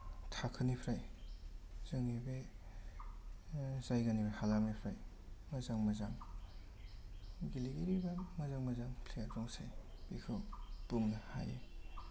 थाखोनिफ्राय जोंनि बे जायगानि बा हालामनिफ्राय मोजां मोजां गेलेगिरि बा मोजां मोजां प्लेयार दंसै बेखौ बुंनो हायो